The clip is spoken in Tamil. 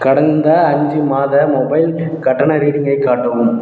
கடந்த அஞ்சு மாத மொபைல் கட்டண ரீடிங்கை காட்டவும்